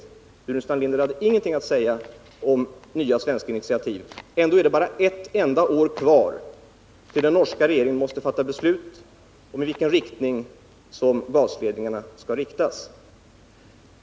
Staffan Burenstam Linder hade ingenting att säga om nya svenska initiativ — ändå är det bara ett enda år kvar till dess att den norska regeringen måste fatta beslut om i vilken riktning gasledningarna skall dras.